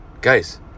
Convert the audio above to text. Guys